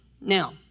Now